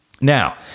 Now